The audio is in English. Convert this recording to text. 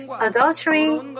adultery